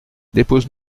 dépose